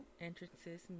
entrances